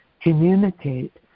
communicate